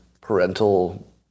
parental